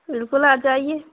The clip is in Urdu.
بالکل آ جائیے